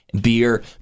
beer